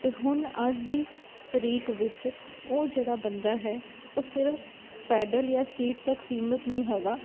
ਤੇ ਹੁਣ ਅੱਜ ਦੀ ਤਰੀਕ ਵਿੱਚ ਉਹ ਜਿਹੜਾ ਬੰਦਾ ਹੈ ਉਹ ਸਿਰਫ ਪੈਡਲ ਜਾਂ ਸੀਟ ਤੱਕ ਸੀਮਤ ਨੀ ਹੈਗਾ